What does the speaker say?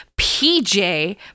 PJ